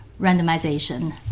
randomization